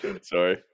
Sorry